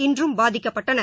இன்றும் பாதிக்கப்பட்டன